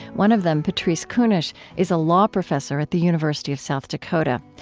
one of them, patrice kunesh, is a law professor at the university of south dakota.